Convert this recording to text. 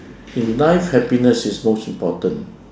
in life happiness is most important